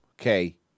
Okay